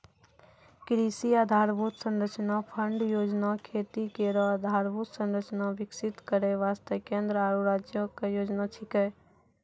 कृषि आधारभूत संरचना फंड योजना खेती केरो आधारभूत संरचना विकसित करै वास्ते केंद्र आरु राज्यो क योजना छिकै